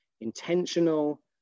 intentional